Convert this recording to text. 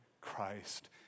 Christ